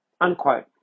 unquote